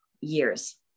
years